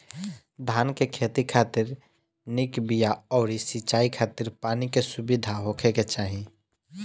धान के खेती खातिर निक बिया अउरी सिंचाई खातिर पानी के सुविधा होखे के चाही